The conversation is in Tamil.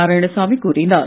நாராயணசாமி கூறினார்